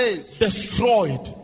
destroyed